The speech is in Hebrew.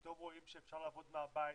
פתאום רואים שאפשר לעבוד מהבית,